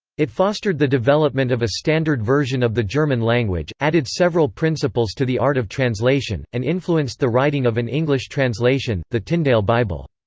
it fostered the development of a standard version of the german language, added several principles to the art of translation, and influenced the writing of an english translation, the tyndale bible.